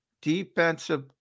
defensive